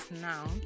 now